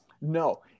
no